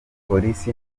polisi